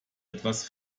etwas